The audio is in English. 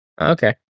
Okay